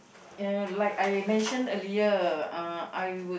uh like I mentioned earlier uh I would